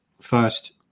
first